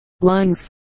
lungs